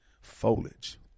foliage